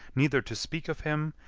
neither to speak of him,